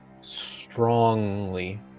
strongly